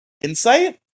Insight